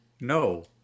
No